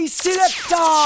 selector